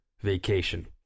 vacation